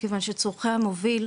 משום שצורכי המוביל,